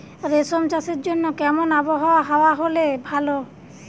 রেশম চাষের জন্য কেমন আবহাওয়া হাওয়া হলে ভালো?